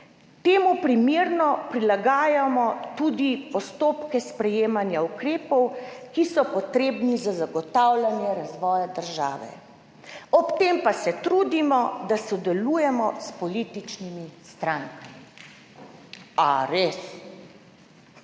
Temu primerno prilagajamo tudi postopke sprejemanja ukrepov, ki so potrebni za zagotavljanje razvoja države. Ob tem pa se trudimo, da sodelujemo s političnimi strankami.« A res?